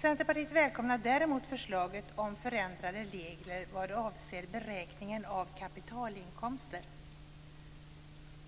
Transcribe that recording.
Centerpartiet välkomnar däremot förslaget om förändrade regler vad avser beräkning av kapitalinkomster.